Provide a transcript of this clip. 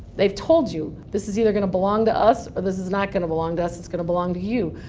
they've told you this is either going to belong to us or this is not going to belong to us. it's going to belong to you.